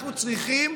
אנחנו צריכים